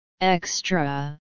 extra